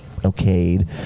okayed